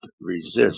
resist